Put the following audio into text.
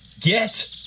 Get